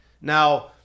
Now